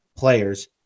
players